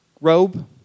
robe